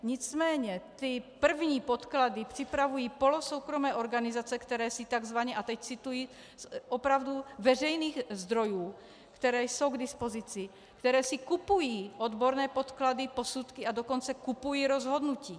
Nicméně ty první podklady připravují polosoukromé organizace, které si takzvaně a teď cituji z opravdu veřejných zdrojů, které jsou k dispozici kupují odborné podklady, posudky, a dokonce si kupují rozhodnutí.